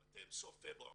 אם אתם בסוף פברואר